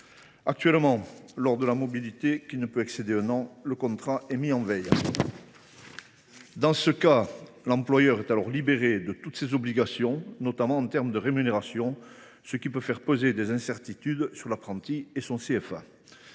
Actuellement, lors d’une mobilité, qui ne peut excéder un an, le contrat d’alternance est mis en veille. Dans ce cas, l’employeur est alors libéré de toutes ses obligations, notamment en matière de rémunération, ce qui peut faire peser des incertitudes sur l’apprenti et sur son CFA.